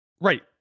Right